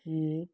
ਕੀ